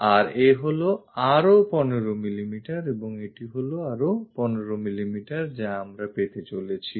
আর এ হল আরো 15 mm এবং এটি হলো আরও 15 mm যা আমরা পেতে চলেছি